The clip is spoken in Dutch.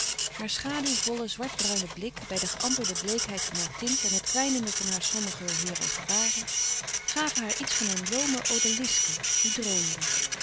haar schaduwvolle zwartbruine blik bij de geämberde bleekheid van haar tint en het kwijnende van sommige heurer gebaren gaven haar iets van een loome odàliske die droomde